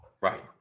right